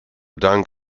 dank